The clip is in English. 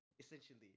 Essentially